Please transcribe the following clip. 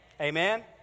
Amen